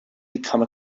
become